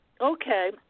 Okay